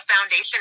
foundation